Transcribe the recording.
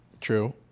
True